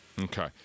Okay